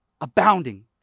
abounding